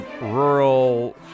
rural